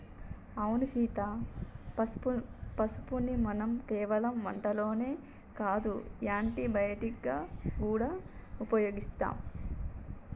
అవును సీత పసుపుని మనం కేవలం వంటల్లోనే కాదు యాంటీ బయటిక్ గా గూడా ఉపయోగిస్తాం